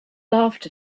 laughed